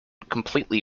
completely